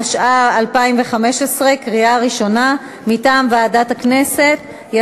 התשע"ו 2015, מטעם ועדת הכנסת, קריאה ראשונה.